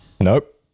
Nope